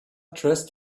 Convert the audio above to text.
dressed